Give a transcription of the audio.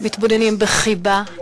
מתבוננים בחיבה,